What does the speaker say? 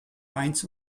mainz